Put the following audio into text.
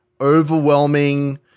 overwhelming